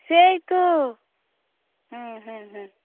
সেই তো হুম হুম হুম